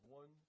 one